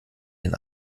den